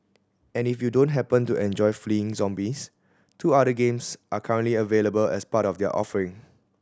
and if you don't happen to enjoy fleeing zombies two other games are currently available as part of their offering